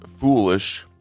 foolish